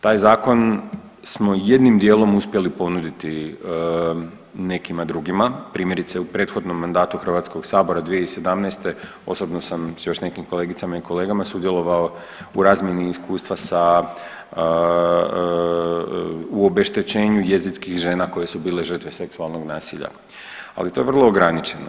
Taj zakon smo jednim dijelom uspjeli ponuditi nekima drugima, primjerice u prethodnom mandatu Hrvatskog sabora 2017. osobno sam s još nekim kolegicama i kolegama sudjelovao u razmjeni iskustva sa, u obeštećenju Jezidskih žena koje su bile žrtve seksualnog nasilja, ali to je vrlo ograničeno.